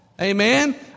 Amen